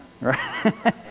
Right